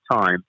time